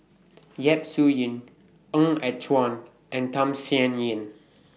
Yap Su Yin Ng Yat Chuan and Tham Sien Yen